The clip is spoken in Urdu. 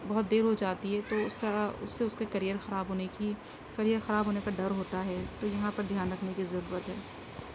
بہت دیر ہو جاتی ہے تو اس طرح اس سے اس کا کیریئر خراب ہونے کی کیریئر خراب ہونے کا ڈر ہوتا ہے تو یہاں پر دھیان رکھنے کی ضرورت ہے